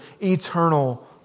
eternal